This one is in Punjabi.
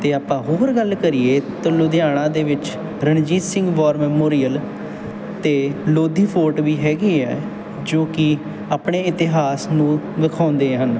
ਅਤੇ ਆਪਾਂ ਹੋਰ ਗੱਲ ਕਰੀਏ ਤਾਂ ਲੁਧਿਆਣਾ ਦੇ ਵਿੱਚ ਰਣਜੀਤ ਸਿੰਘ ਵਾਰ ਮੇਮੋਰਿਅਲ ਅਤੇ ਲੋਧੀ ਫੋਰਟ ਵੀ ਹੈਗੇ ਆ ਜੋ ਕਿ ਆਪਣੇ ਇਤਿਹਾਸ ਨੂੰ ਵਿਖਾਉਂਦੇ ਹਨ